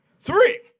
Three